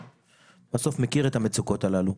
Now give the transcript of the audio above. בסוף מכיר את המצוקות הללו.